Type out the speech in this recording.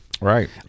Right